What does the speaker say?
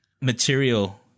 material